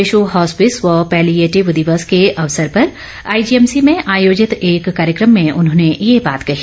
विश्व हॉस्पिस व पैलीएटिव दिवस के अवसर पर आईजीएमसी में आयोजित एक कार्यक्रम में उन्होंने ये बात कही